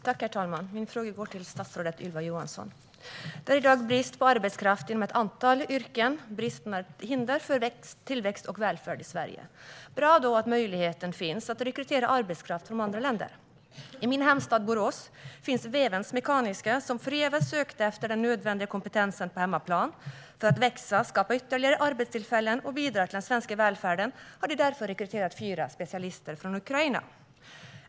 Herr talman! Min fråga går till statsrådet Ylva Johansson. Det är i dag brist på arbetskraft inom ett antal yrken. Bristen är ett hinder för tillväxt och välfärd i Sverige. Då är det bra att möjlighet finns att rekrytera arbetskraft från andra länder. I min hemstad Borås finns Vevens Mekaniska som förgäves sökte efter den nödvändiga kompetensen på hemmaplan. För att växa, skapa ytterligare arbetstillfällen och bidra till den svenska välfärden har de därför rekryterat fyra specialister från Ukraina.